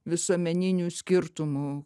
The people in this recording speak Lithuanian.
visuomeninių skirtumų